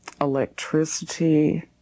electricity